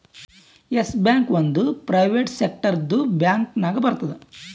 S Bank ಒಂದ್ private ಸೆಕ್ಟರ್ದು bank ನಾಗ್ ಬರ್ತುದ್